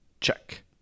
check